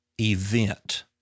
event